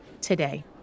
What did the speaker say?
Today